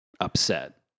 Upset